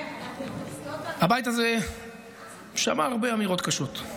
הבית הזה שמע הרבה אמירות קשות.